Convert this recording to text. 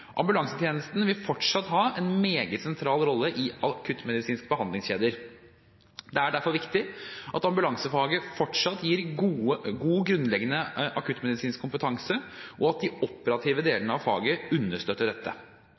Ambulansetjenesten vil fortsatt ha en meget sentral rolle i akuttmedisinske behandlingskjeder. Det er derfor viktig at ambulansefaget fortsatt gir god, grunnleggende akuttmedisinsk kompetanse, og at de operative delene av faget understøtter dette.